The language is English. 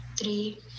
Three